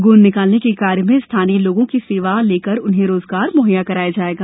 गोंद निकालने के कार्य में स्थानीय लोगों की सेवा लेकर उन्हें रोजगार म्हैया कराया जायेगा